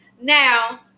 Now